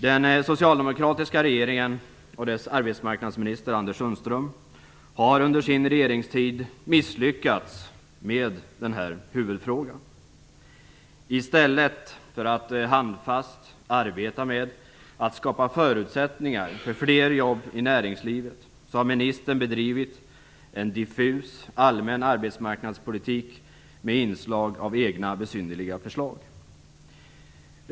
Den socialdemokratiska regeringen och dess arbetsmarknadsminister Anders Sundström har under sin regeringstid misslyckats med den här huvudfrågan. I stället för att handfast arbeta med att skapa förutsättningar för fler jobb i näringslivet har ministern bedrivit en diffus allmän arbetsmarknadspolitik med inslag av egna besynnerliga förslag.